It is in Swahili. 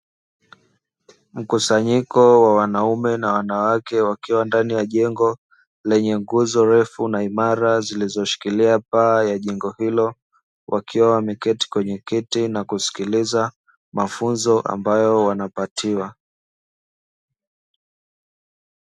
Mkusanyiko wa wanaume na wanawake, wakiwa ndani ya jengo lenye nguzo ndefu na imara, zilizoshikilia paa lenye nyumba hiyo, wakiwa wameketi kwenye kiti na kusikiliza mafunzo ambayo wanapatiwa.